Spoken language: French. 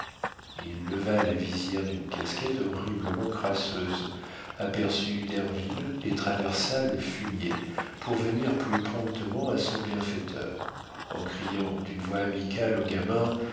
il leva la visière d'une casquette horriblement crasseuse aperçut derville et traversa le fumier pour venir plus promptement à son bienfaiteur en criant d'une voix amicale aux gamins